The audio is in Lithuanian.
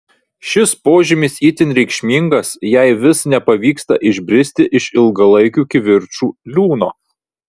šis požymis itin reikšmingas jei vis nepavyksta išbristi iš ilgalaikių kivirčų liūno